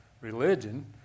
Religion